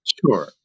Sure